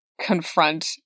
confront